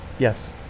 Yes